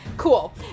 Cool